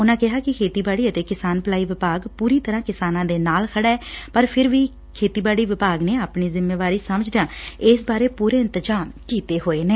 ਉਨਾਂ ਕਿਹਾ ਕਿ ਖੇਤੀਬਾਡੀ ਅਤੇ ਕਿਸਾਨ ਭਲਾਈ ਵਿਭਾਗ ਪੁਰੀ ਤਰ੍ਰਾ ਕਿਸਾਨਾ ਦੇ ਨਾਲ ਖੜਾ ਐ ਪਰ ਫਿਰ ਵੀ ਖੇਤੀਬਾੜੀ ਵਿਭਾਗ ਨੇ ਆਪਣੀ ਜਿੰਮੇਵਾਰੀ ਸਮਝਦਿਆ ਇਸ ਬਾਰੇ ਪੁਰੇ ਇੰਤਜਾਮ ਕੀਤੇ ਹੋਏ ਨੇ